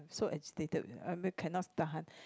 so agitated I cannot tahan